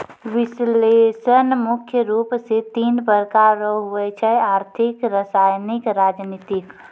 विश्लेषण मुख्य रूप से तीन प्रकार रो हुवै छै आर्थिक रसायनिक राजनीतिक